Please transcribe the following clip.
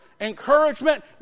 encouragement